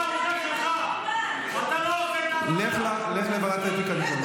אתה לא עושה את העבודה שלך, לך לוועדת האתיקה.